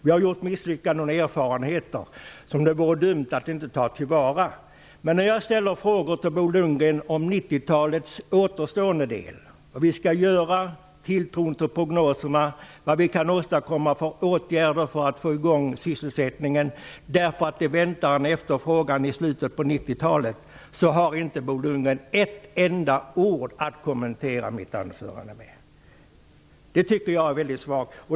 Vi har gjort misslyckanden och erfarenheter som det vore dumt att inte ta till vara. Men när jag ställer frågor till Bo Lundgren om 90 talets återstående del -- om vad vi skall göra, om tilltron till prognoserna och om vilka åtgärder vi kan vidta för att få i gång sysselsättningen inför en uppgång som väntas i slutet av 90-talet -- har Bo Lundgren inte ett enda ord till kommentar. Jag tycker att det är mycket svagt.